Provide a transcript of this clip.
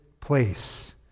place